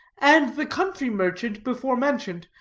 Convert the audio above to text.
and the country-merchant before-mentioned,